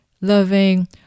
loving